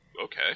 okay